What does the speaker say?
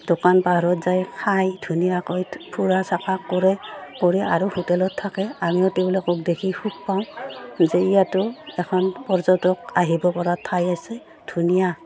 দোকান পোহাৰত যাই খাই ধুনীয়াকৈ ফুৰা চাকা কৰে কৰি আৰু হোটেলত থাকে আমিও তেওঁলোকক দেখি সুখ পাওঁ যে ইয়াতো এখন পৰ্যটক আহিব পৰা ঠাই আছে ধুনীয়া